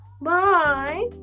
Bye